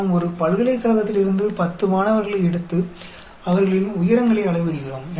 நாம் ஒரு பல்கலைக்கழகத்திலிருந்து 10 மாணவர்களை எடுத்து அவர்களின் உயரங்களை அளவிடுகிறோம்